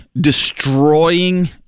destroying